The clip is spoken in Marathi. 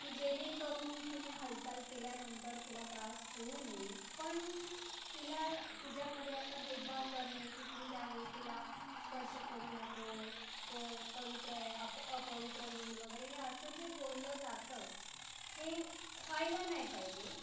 की जेणेकरून तुनी हालचाल केल्यानंतर तुला त्रास होऊ नये पण तिला तिच्यामध्ये असा भेदभाव करणे की तू ह्या गोष्टीला स्पर्श करू नको तोय पवित्रं आहे अप अपवित्र होईल वगैरे हे असं जे बोललं जातं हे व्हायला नाही पाहिजे